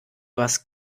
was